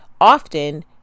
often